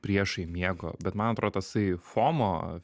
priešai miego bet man atrodo tasai fomo